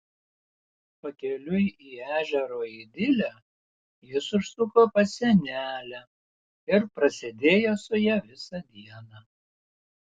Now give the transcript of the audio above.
pakeliui į ežero idilę jis užsuko pas senelę ir prasėdėjo su ja visą dieną